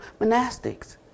monastics